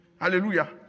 Hallelujah